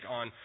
on